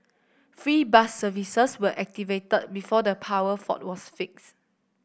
free bus services were activated before the power fault was fixed